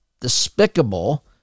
despicable